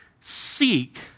seek